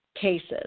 cases